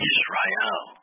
Israel